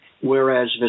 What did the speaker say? whereas